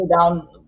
down